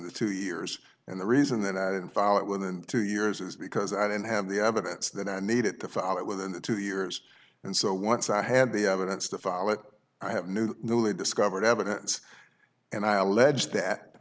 the two years and the reason that i didn't file it with than two years is because i didn't have the evidence that i needed to file it within the two years and so once i had the evidence to file it i have new newly discovered evidence and i allege that